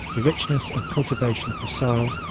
the richness and cultivation of the soil,